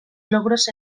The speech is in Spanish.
logros